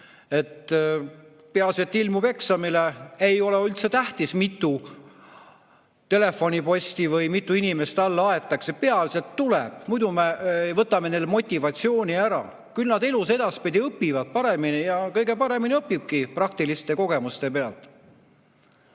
et ilmub eksamile, ei ole üldse tähtis, mitu telefoniposti või mitu inimest alla aetakse, peaasi et tuleb, muidu me võtame talt motivatsiooni ära, küll ta elus edaspidi õpib ja kõige paremini õpibki praktiliste kogemuste pealt.